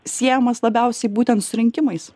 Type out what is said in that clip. siejamas labiausiai būtent su rinkimais